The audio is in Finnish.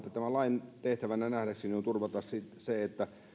tämän lain taimiaineistolain muuttamisesta tehtävänä on turvata se että